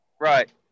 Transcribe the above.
Right